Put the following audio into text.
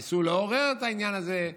ניסו לעורר את העניין הזה,